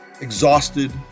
exhausted